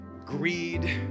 greed